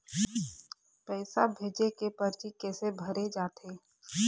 पैसा भेजे के परची कैसे भरे जाथे?